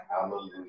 Hallelujah